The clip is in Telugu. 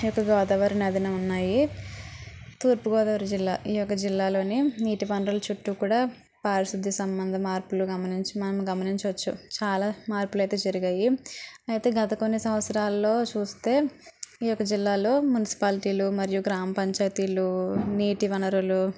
ఈ యొక్క గోదావరి నదిన ఉన్నాయి తూర్పు గోదావరి జిల్లా యొక్క జిల్లాలోని నీటి వనరులు చుట్టూ కూడా పారిశుద్ధ్య సంబంధ మార్పులు గమనించి మనం గమనించచ్చు చాలా మార్పులైతే జరిగాయి అయితే గత కొన్ని సంవత్సరాల్లో చూస్తే ఈ యొక్క జిల్లాలో మున్సిపాలిటీలు మరియు గ్రామపంచాయితీలూ నీటి వనరులు